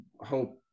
hope